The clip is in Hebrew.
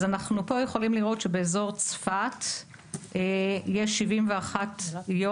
אז פה אנחנו יכולים לראות שבאזור צפת יש 71 יום